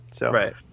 Right